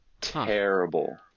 Terrible